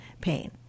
pain